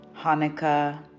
Hanukkah